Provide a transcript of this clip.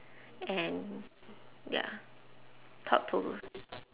and ya thought-provo~